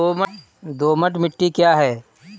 दोमट मिट्टी क्या है?